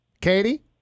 Katie